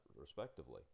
respectively